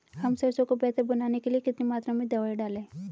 हम सरसों को बेहतर बनाने के लिए कितनी मात्रा में दवाई डालें?